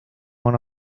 one